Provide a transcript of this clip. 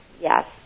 Yes